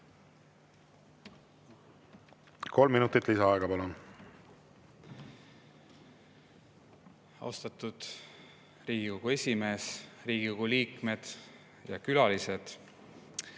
Kolm minutit lisaaega, palun! Austatud Riigikogu esimees, Riigikogu liikmed ja külalised!